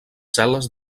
cel·les